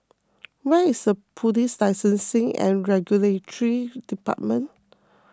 where is the Police Licensing and Regulatory Department